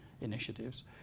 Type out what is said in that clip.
initiatives